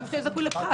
העסק שלו זכאי לפחת.